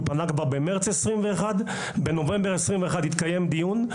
הוא פנה במרץ 2021, ובנובמבר 2021 התקיים דיון.